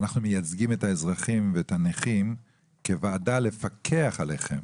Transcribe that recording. אנחנו מייצגים את האזרחים ואת הנכים כוועדה לפקח עליכם